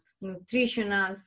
nutritional